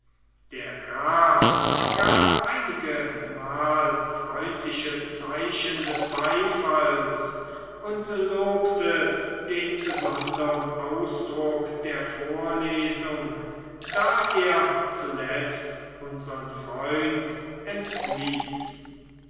der graf gab einigemal freundliche zeichen des beifalls und lobte den besondern ausdruck der vorlesung da er zuletzt unsern freund